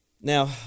Now